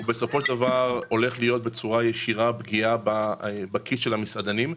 הוא להיות בצורה ישירה בכיס של המסעדנים.